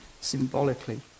symbolically